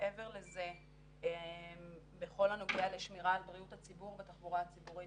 מעבר לזה בכל הנוגע לשמירה על בריאות הציבור בתחבורה הציבורית,